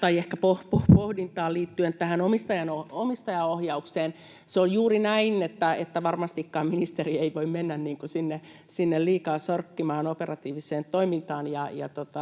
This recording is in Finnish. tai ehkä pohdintaa liittyen omistajaohjaukseen. Se on juuri näin, että varmastikaan ministeri ei voi mennä liikaa sorkkimaan operatiiviseen toimintaan, ja